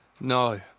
no